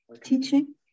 Teaching